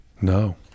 No